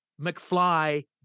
McFly